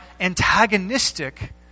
antagonistic